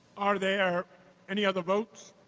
are there any other votes?